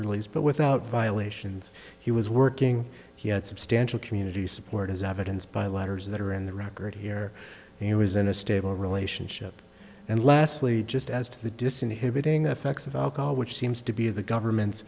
release but without violations he was working he had substantial community support as evidenced by letters that are in the record here he was in a stable relationship and lastly just as to the disinhibiting the effects of alcohol which seems to be the government's